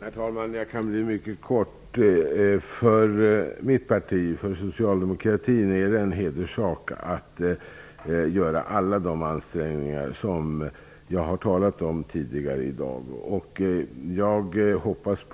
Herr talman! Jag kan vara mycket kortfattad. För mitt parti, Socialdemokraterna, är det en hederssak att göra alla de ansträngningar som jag har talat om tidigare i dag. Jag hoppas